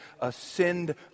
ascend